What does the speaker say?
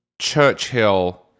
Churchill